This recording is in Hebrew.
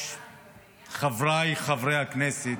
חבריי חברי הכנסת,